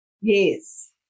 Yes